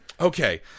okay